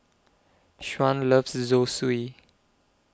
Shaun loves Zosui